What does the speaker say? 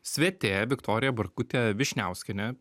svetė viktorija bartkutė vyšniauskienė